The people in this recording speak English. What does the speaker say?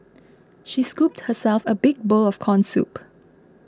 she scooped herself a big bowl of Corn Soup